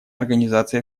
организация